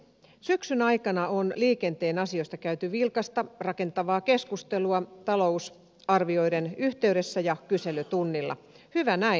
syksyn aikana on liikenteen asioista käyty vilkasta rakentavaa keskustelua talousarvioiden yhteydessä ja kyselytunnilla hyvä näin